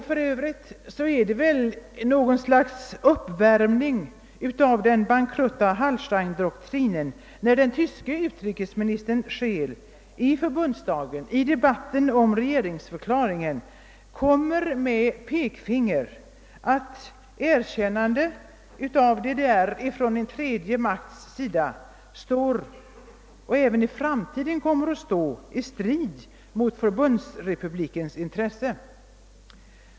För övrigt är det väl något slags uppvärmning av den bankrutta Hallsteindoktrinen när den tyske utrikesministern Scheel i förbundsdagen i debatten om regeringsförklaringen kom med pekfingret och framhöll att erkännande av DDR från en tredje stats sida står och även framdeles kommer att stå i strid med förbundsrepublikens intressen.